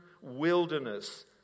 wilderness